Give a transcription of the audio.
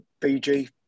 BG